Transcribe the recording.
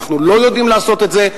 אנו לא יודעים לעשות את זה.